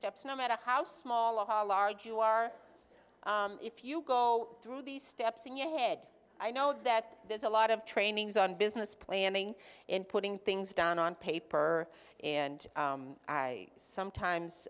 steps no matter how small or how large you are if you go through these steps in your head i know that there's a lot of trainings on business planning in putting things down on paper and i sometimes